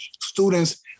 students